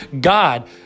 God